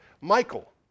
Michael